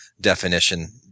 definition